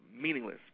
meaningless